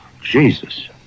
Jesus